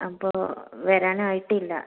അപ്പോൾ വരാനായിട്ടില്ല